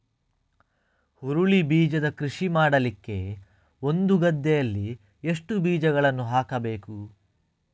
ಹುರುಳಿ ಬೀಜದ ಕೃಷಿ ಮಾಡಲಿಕ್ಕೆ ಒಂದು ಗದ್ದೆಯಲ್ಲಿ ಎಷ್ಟು ಬೀಜಗಳನ್ನು ಹಾಕಬೇಕು?